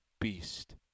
beast